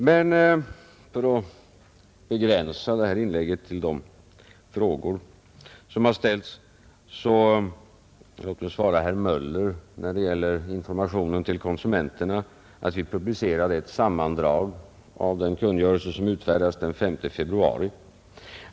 Men för att begränsa det här inlägget till de frågor som har ställts, låt mig svara herr Möller beträffande informationen till konsumenterna, att vi publicerade ett sammandrag av den kungörelse som utfärdades den 5 februari.